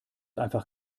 einfach